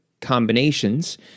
combinations